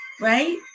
Right